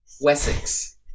Wessex